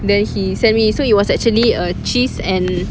then he send me so it was actually a cheese and